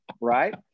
right